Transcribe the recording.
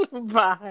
bye